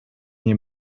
nie